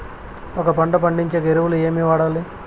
ఒక పంట పండించేకి ఎరువులు ఏవి వాడాలి?